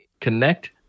connect